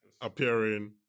appearing